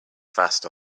fast